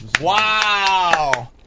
Wow